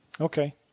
Okay